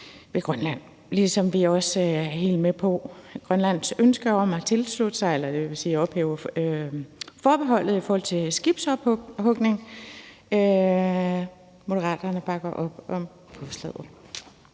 ved Grønland, ligesom vi også er helt med på Grønlands ønske om at ophæve forbeholdet i forhold til skibsophugning. Moderaterne bakker op om forslaget.